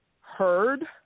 heard